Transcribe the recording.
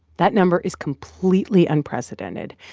that number is completely unprecedented.